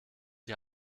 die